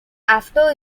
after